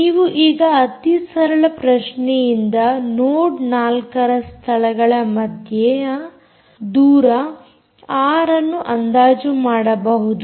ನೀವು ಈಗ ಅತಿ ಸರಳ ಪ್ರಶ್ನೆಯಿಂದ ನೋಡ್ 4 ರ ಸ್ಥಳಗಳ ಮಧ್ಯೆಯ ದೂರ ಆರ್ ಅನ್ನು ಅಂದಾಜು ಮಾಡಬಹುದು